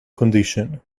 conditions